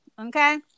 Okay